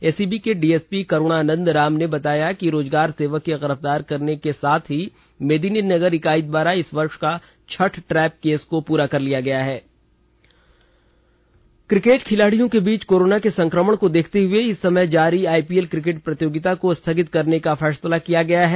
ACB के DSP Karuna Nand Ram ने ने बताया कि रोजगार सेवक को गिरफ्तार करने के साथ ही मेदिनीनगर इकाई द्वारा इस वर्ष का छठ ट्रैप केस को पूरा कर लिया गया है क्रिकेट खिलाडियों के बीच कोरोना के संक्रमण को देखते हुए इस समय जारी आईपीएल क्रिकेट प्रतियोगिता को स्थगित करने का फैसला किया गया है